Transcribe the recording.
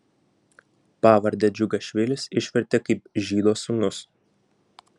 pavardę džiugašvilis išvertė kaip žydo sūnus